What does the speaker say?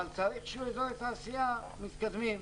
אבל צריך שיהיו אזורי תעשייה מתקדמים.